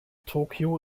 tokio